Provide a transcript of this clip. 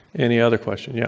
any other question? yeah?